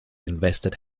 invested